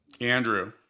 Andrew